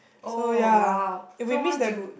so ya if we miss that